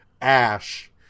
ash